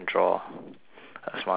a smiley face